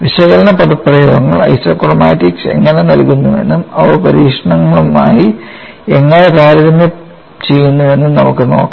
വിശകലന പദപ്രയോഗങ്ങൾ ഐസോക്രോമാറ്റിക്സ് എങ്ങനെ നൽകുന്നുവെന്നും അവ പരീക്ഷണങ്ങളുമായി എങ്ങനെ താരതമ്യം ചെയ്യുന്നുവെന്നും നമുക്ക് നോക്കാം